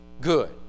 good